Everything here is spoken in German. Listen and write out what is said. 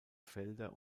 felder